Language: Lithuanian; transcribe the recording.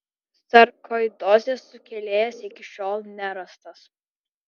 sarkoidozės sukėlėjas iki šiol nerastas